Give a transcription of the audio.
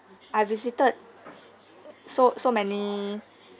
I visited so so many